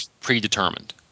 predetermined